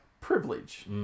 privilege